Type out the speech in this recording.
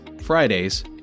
Fridays